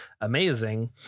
amazing